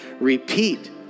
repeat